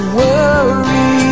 worry